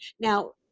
Now